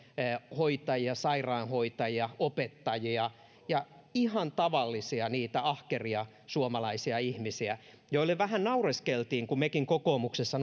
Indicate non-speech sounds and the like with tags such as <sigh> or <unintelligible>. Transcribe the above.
hoitajia sairaanhoitajia opettajia ja niitä ihan tavallisia ahkeria suomalaisia ihmisiä joille vähän naureskeltiin kun mekin kokoomuksessa <unintelligible>